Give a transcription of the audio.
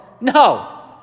No